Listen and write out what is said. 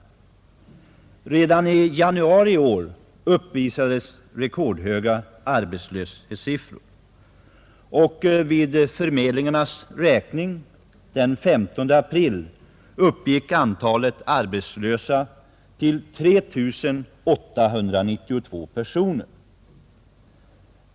Redan i januari i år uppvisades rekordhöga arbetslöshetssiffror, och vid arbetsförmedlingarnas räkning den 15 april uppgick antalet arbetslösa till 3 892 personer.